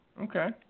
Okay